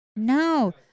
No